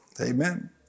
Amen